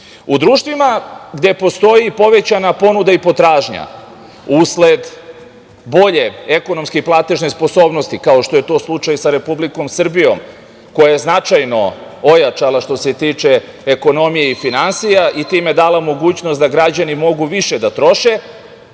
društvima gde postoji povećana ponuda i potražnja, usled bolje ekonomske i platežne sposobnosti, kao što je to slučaj sa Republikom Srbijom koja je značajno ojačala što se tiče ekonomije i finansija i time dala mogućnost da građani mogu više da troše,